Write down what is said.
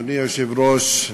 אדוני היושב-ראש,